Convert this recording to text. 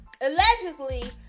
allegedly